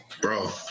Bro